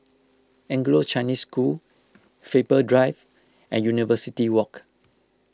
Anglo Chinese School Faber Drive and University Walk